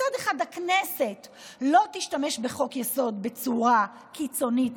מצד אחד הכנסת לא תשתמש בחוק-יסוד בצורה קיצונית,